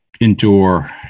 endure